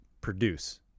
produce